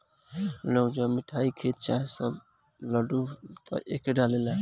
लोग जब मिठाई, खीर चाहे लड्डू बनावेला त एके डालेला